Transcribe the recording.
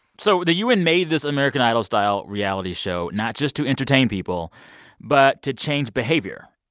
so the u n. made this american idol style reality show not just to entertain people but to change behavior.